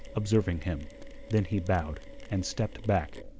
observing him then he bowed and stepped back.